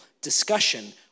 discussion